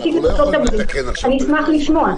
אשמח לשמוע.